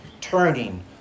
turning